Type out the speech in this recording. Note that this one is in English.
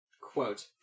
Quote